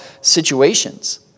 situations